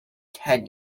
ten